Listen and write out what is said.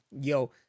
yo